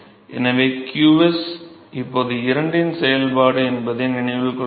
எனவே qs இப்போது இரண்டின் செயல்பாடு என்பதை நினைவில் கொள்ளுங்கள்